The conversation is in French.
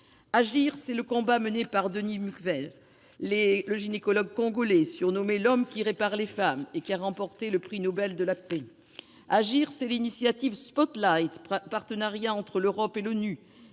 Agir, c'est le combat mené par Denis Mukwege, le gynécologue congolais surnommé « l'homme qui répare les femmes », et qui a remporté le prix Nobel de la paix. Agir, c'est l'initiative Spotlight, partenariat entre l'Europe et l'ONU,